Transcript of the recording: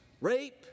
rape